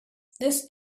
this